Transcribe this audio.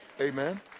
Amen